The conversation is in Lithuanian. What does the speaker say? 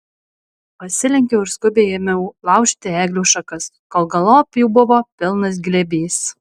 pasilenkiau ir skubiai ėmiau laužyti eglių šakas kol galop jų buvo pilnas glėbys